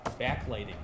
backlighting